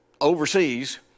overseas